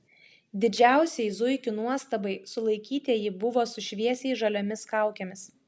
didžiausiai zuikių nuostabai sulaikytieji buvo su šviesiai žaliomis kaukėmis